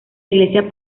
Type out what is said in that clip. iglesia